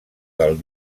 del